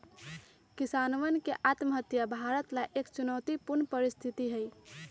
किसानवन के आत्महत्या भारत ला एक चुनौतीपूर्ण परिस्थिति हई